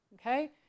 Okay